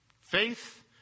Faith